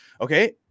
okay